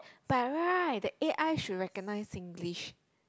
but right the a_i should recognise Singlish